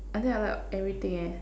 I think I like everything leh